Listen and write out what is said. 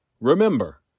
Remember